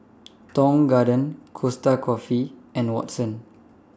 Tong Garden Costa Coffee and Watsons